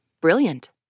brilliant